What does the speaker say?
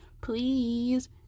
Please